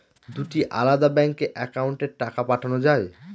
দুটি আলাদা ব্যাংকে অ্যাকাউন্টের টাকা পাঠানো য়ায়?